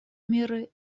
меры